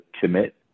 commit